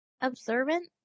Observant